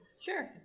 Sure